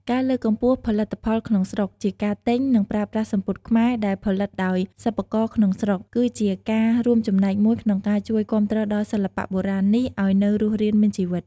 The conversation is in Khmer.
ការលើកកម្ពស់ផលិតផលក្នុងស្រុក ជាការទិញ និងប្រើប្រាស់សំពត់ខ្មែរដែលផលិតដោយសិប្បករក្នុងស្រុក គឺជាការរួមចំណែកមួយក្នុងការជួយគាំទ្រដល់សិល្បៈបុរាណនេះឲ្យនៅរស់រានមានជីវិត។